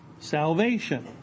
Salvation